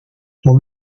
dont